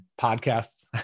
Podcasts